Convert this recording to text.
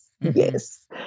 yes